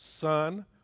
Son